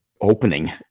opening